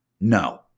No